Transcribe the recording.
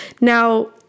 Now